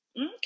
Okay